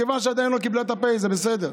מכיוון שהיא עדיין לא קיבלה את ה"פ", זה בסדר.